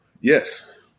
Yes